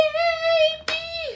baby